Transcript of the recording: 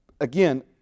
Again